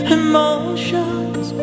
emotions